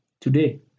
today